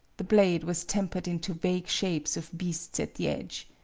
the blade was tempered into vague shapes of beasts at the edge.